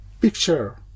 picture